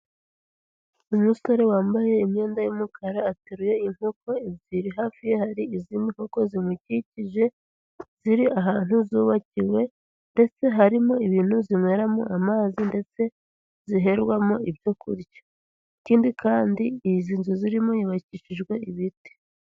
Umusore wambaye imyenda y'umukara ateruye inkoko ebyiri hafi ye hari izindi nkoko zimukikije ziri ahantu zubakiwe ndetse harimo ibintu zinyweramo amazi ndetse ziherwamo ibyo kurya, ikindi kandi izi nzu zirimo yubakishijwe ibiti.